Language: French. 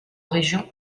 région